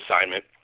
assignment